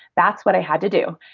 that's what i had to do.